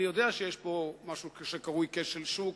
אני יודע שיש פה משהו שקרוי כשל שוק,